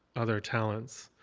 other talents,